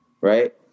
Right